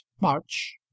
march